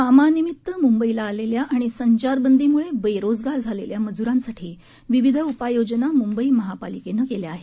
कामानिमित्त मुंबई आलेल्या आणि संचारबंदीमुळे बेरोजगार झालेल्या मजुरांसाठी विविध उपाययोजना मुंबई महापालिकेने केल्या आहेत